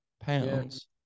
pounds